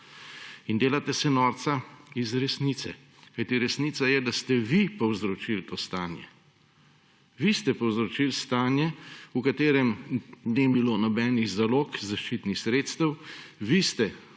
In delate se norca iz resnice, kajti resnica je, da ste vi povzročili to stanje. Vi ste povzročili stanje, v katerem ni bilo nobenih zalog zaščitnih sredstev, vi ste povzročili